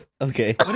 Okay